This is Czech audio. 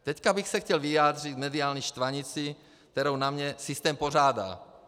Teď bych se chtěl vyjádřit k mediální štvanici, kterou na mě systém pořádá.